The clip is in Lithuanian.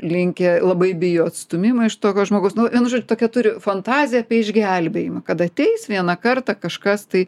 linkę labai bijo atstūmimo iš tokio žmogaus nu vienu žodžiu turi tokią fantaziją apie išgelbėjimą kad ateis vieną kartą kažkas tai